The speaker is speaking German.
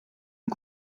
und